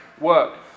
work